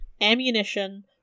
ammunition